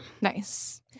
Nice